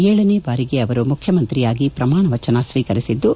ಏಳನೇ ಬಾರಿಗೆ ಅವರು ಮುಖ್ಯಮಂತ್ರಿಯಾಗಿ ಪ್ರಮಾಣವಚನ ಸ್ವೀಕರಿಸಿದ್ದು